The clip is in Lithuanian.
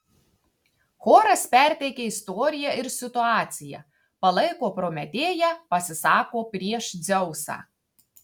choras perteikia istoriją ir situaciją palaiko prometėją pasisako prieš dzeusą